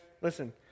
listen